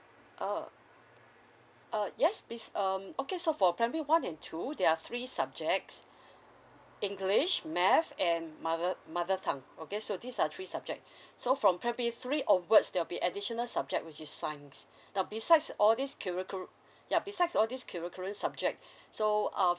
oh uh yes miss um okay so for primary one and two there are three subjects english math and mother mother tongue okay so these are three subject so from primary three onwards there will be additional subject which is science now besides all these curricul~ ya besides all these curriculum subject so uh